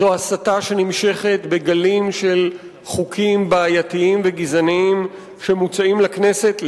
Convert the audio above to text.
זו הסתה שנמשכת בגלים של חוקים בעייתיים וגזעניים שמוצעים לכנסת,